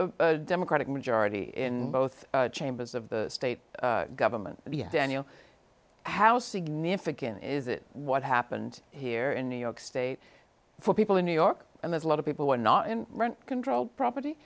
a democratic majority in both chambers of the state government daniel how significant is it what happened here in new york state for people in new york and there's a lot of people who are not rent controlled property